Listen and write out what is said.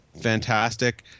Fantastic